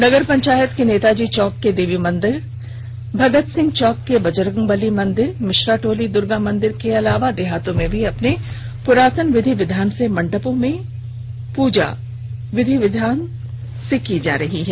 नगरपंचायत के नेताजी चौक के देवी मंदिर भगतसिंह चौक के बजरंगबली मंदिर मिश्रा टोली दुर्गा मंदिर के अलावे देहातों में भी अपने पुरातन विधि विधान से मंडपों में पूजा विधान का मंत्रोच्चारण गूज रहा है